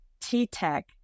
T-TECH